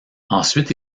ensuite